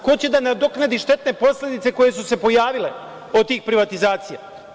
Ko će da nadoknadi štetne posledice koje su se pojavile od tih privatizacija?